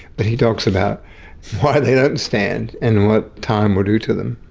but he talks about why they don't and stand and what time will do to them.